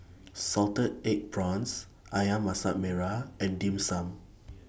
Salted Egg Prawns Ayam Masak Merah and Dim Sum